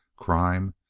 crime?